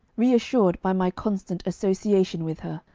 reassured by my constant association with her,